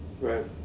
right